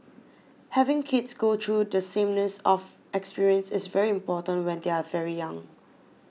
having kids go through the sameness of experience is very important when they are very young